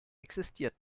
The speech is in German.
existiert